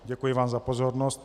Děkuji vám za pozornost.